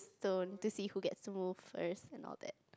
stone to see who gets to move first and all that